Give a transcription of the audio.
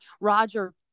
roger